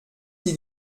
sie